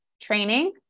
training